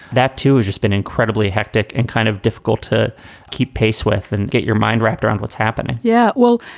that, too, is just been incredibly hectic and kind of difficult to keep pace with and get your mind wrapped around what's happening yeah, well,